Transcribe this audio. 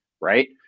right